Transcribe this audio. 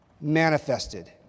manifested